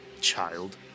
child